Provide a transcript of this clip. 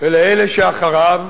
ולאלה שאחריו,